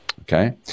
okay